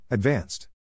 Advanced